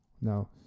Now